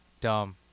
dumb